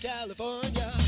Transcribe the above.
California